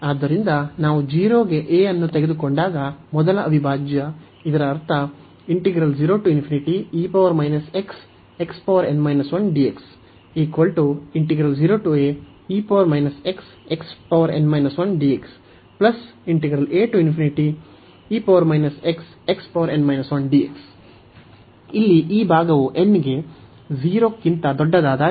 ಆದ್ದರಿಂದ ನಾವು 0 ಗೆ a ಅನ್ನು ತೆಗೆದುಕೊಂಡಾಗ ಮೊದಲ ಅವಿಭಾಜ್ಯ ಇದರ ಅರ್ಥ ಇಲ್ಲಿ ಈ ಭಾಗವು n ಗೆ 0 ಕ್ಕಿಂತ ದೊಡ್ಡದಾದಾಗ